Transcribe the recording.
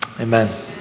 amen